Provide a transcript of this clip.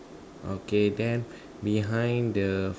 okay then behind the